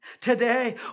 today